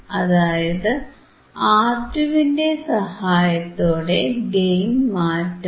അതായത് R2 വിന്റെ സഹായത്തോടെ ഗെയിൻ മാറ്റാം